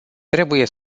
trebuie